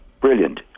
Brilliant